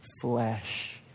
flesh